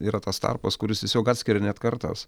yra tas tarpas kuris tiesiog atskiria net kartas